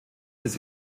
des